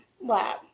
lab